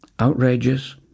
outrageous